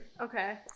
Okay